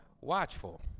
watchful